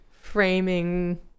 framing